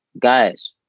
guys